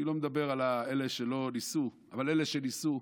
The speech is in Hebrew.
אני לא מדבר על אלה שלא ניסו, אבל אלה שניסו,